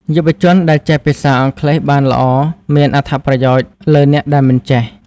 យុវជនដែលចេះភាសាអង់គ្លេសបានល្អមានអត្ថប្រយោជន៍លើអ្នកដែលមិនចេះ។